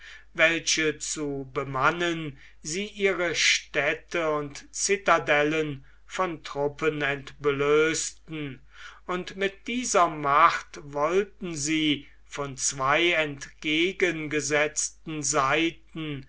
welche zu bemannen sie ihre städte und citadellen von truppen entblößten und mit dieser macht wollten sie von zwei entgegengesetzten seiten